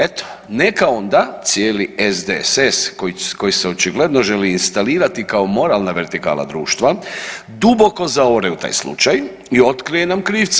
Eto neka onda cijeli SDSS koji se očigledno želi instalirati kao moralna vertikala društva duboko zaore u taj slučaj i otkrije nam krivca.